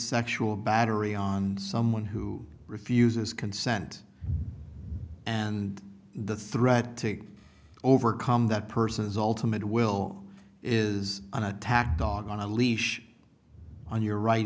sexual battery on someone who refuses consent and the threat to overcome that person's ultimate will is an attack dog on a leash on your right